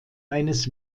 eines